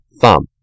thumb